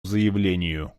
заявлению